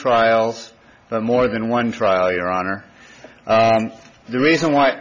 trials but more than one trial your honor the reason why